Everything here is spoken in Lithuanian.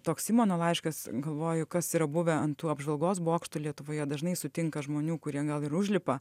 toks simono laiškas galvoju kas yra buvę ant tų apžvalgos bokštų lietuvoje dažnai sutinka žmonių kurie gal ir užlipa